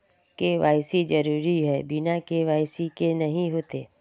KYC जरुरी है बिना के.वाई.सी के नहीं होते?